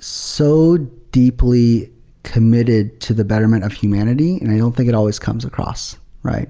so deeply committed to the betterment of humanity and i don't think it always comes across, right?